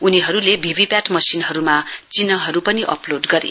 उनीहरूले भीभीपीएटी मशिनहरूमा चिन्हहरू पनि अपलोड गरे